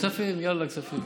כספים, יאללה, כספים.